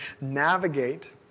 navigate